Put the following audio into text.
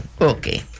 Okay